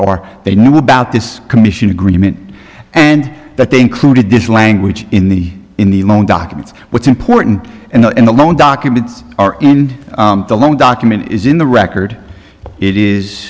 or they knew about this commission agreement and that they included this language in the in the loan documents what's important in the loan documents are and the loan document is in the record it is